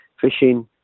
fishing